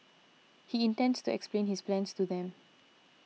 he intends to explain his plans to them